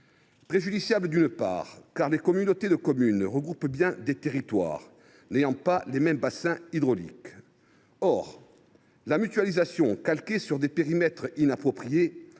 préjudiciable, d’abord, parce que les communautés de communes regroupent des territoires n’ayant pas les mêmes bassins hydrauliques. Or la mutualisation calquée sur des périmètres inappropriés,